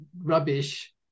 rubbish